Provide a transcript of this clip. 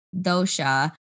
dosha